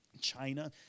China